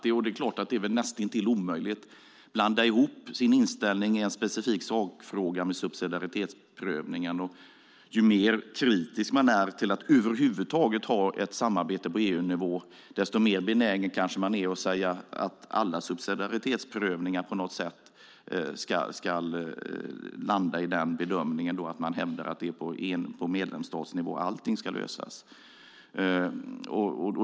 Det är väl näst intill omöjligt att inte blanda ihop sin inställning i en specifik sakfråga med subsidiaritetsprövningen. Ju mer kritisk man är till att över huvud taget ha ett samarbete på EU-nivå, desto mer benägen är man kanske att säga att alla subsidiaritetsprövningar på något sätt ska landa i bedömningen att man hävdar att allting ska lösas på medlemsstatsnivå.